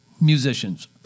musicians